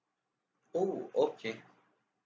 oh okay